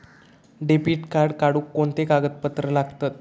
Debit card काढुक कोणते कागदपत्र लागतत?